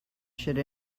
should